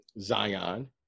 Zion